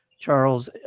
Charles